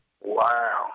wow